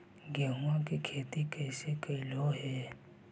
गेहूआ के खेती कैसे कैलहो हे?